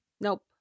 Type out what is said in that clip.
Nope